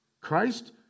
Christ